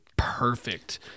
perfect